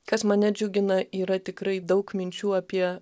kas mane džiugina yra tikrai daug minčių apie